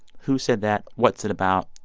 who said that? what's it about?